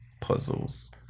puzzles